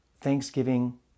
Thanksgiving